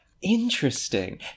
Interesting